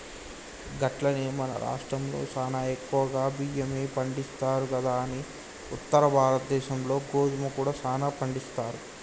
గట్లనే మన రాష్ట్రంలో సానా ఎక్కువగా బియ్యమే పండిస్తారు కదా కానీ ఉత్తర భారతదేశంలో గోధుమ కూడా సానా పండిస్తారు